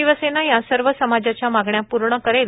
शिवसेना या सर्व समाजाच्या मागण्या पूर्ण करेल